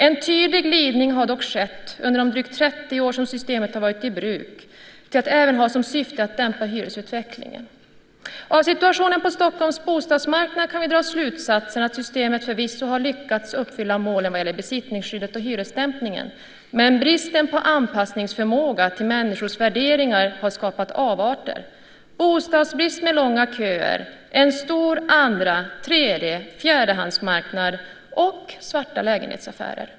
En tydlig glidning har dock skett under de drygt 30 år som systemet har varit i bruk till att även ha som syfte att dämpa hyresutvecklingen. Av situationen på Stockholms bostadsmarknad kan vi dra slutsatsen att systemet förvisso har lyckats uppfylla målen vad gäller besittningsskyddet och hyresdämpningen, men bristen på anpassningsförmåga till människors värderingar har skapat avarter: bostadsbrist med långa köer, en stor andra-, tredje och fjärdehandsmarknad och svarta lägenhetsaffärer.